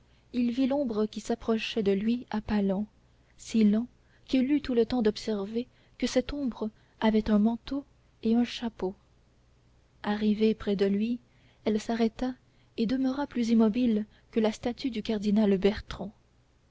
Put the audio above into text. il vit l'ombre qui s'approchait de lui à pas lents si lents qu'il eut tout le temps d'observer que cette ombre avait un manteau et un chapeau arrivée près de lui elle s'arrêta et demeura plus immobile que la statue du cardinal bertrand